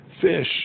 fish